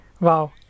wow